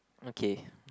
okay